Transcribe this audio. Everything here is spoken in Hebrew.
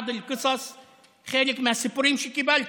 חלק מהסיפורים שקיבלתי.